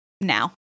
now